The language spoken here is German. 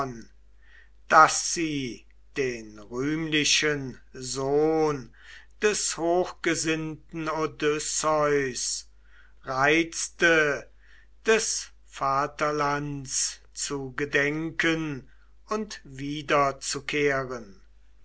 daß sie den rühmlichen sohn des hochgesinnten odysseus reizte des vaterlands zu gedenken und